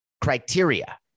criteria